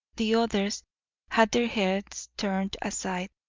the others had their heads turned aside,